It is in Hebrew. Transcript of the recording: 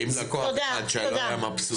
ואם זה לקוח אחד שלא היה מבסוט?